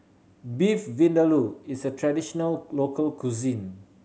Beef Vindaloo is a traditional local cuisine